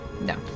No